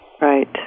Right